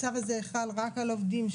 הצו הזה חל רק על עובדים,